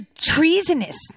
treasonous